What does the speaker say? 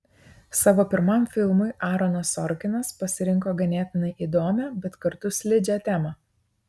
savo pirmam filmui aaronas sorkinas pasirinko ganėtinai įdomią bet kartu slidžią temą